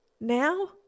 Now